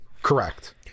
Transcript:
correct